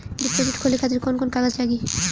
Deposit खोले खातिर कौन कौन कागज लागी?